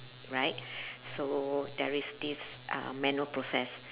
right so there is this uh manual process